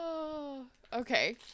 okay